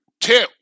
Two